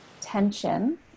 tension